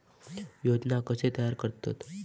योजना कशे तयार करतात?